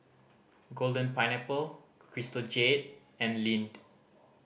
Golden Pineapple Crystal Jade and Lindt